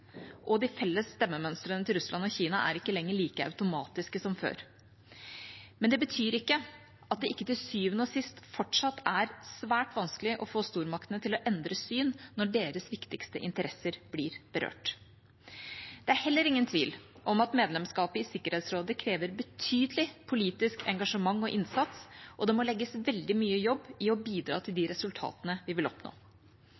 og de felles stemmemønstrene til Russland og Kina er ikke lenger like automatiske som før. Men det betyr ikke at det ikke til syvende og sist fortsatt er svært vanskelig å få stormaktene til å endre syn når deres viktigste interesser blir berørt. Det er heller ingen tvil om at medlemskapet i Sikkerhetsrådet krever betydelig politisk engasjement og innsats, og det må legges veldig mye jobb i å bidra til